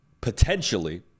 potentially